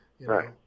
Right